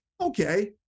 okay